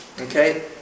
Okay